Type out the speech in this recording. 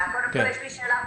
קודם כול, יש לי שאלה פורמלית.